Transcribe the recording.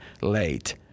late